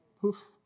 Poof